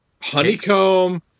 Honeycomb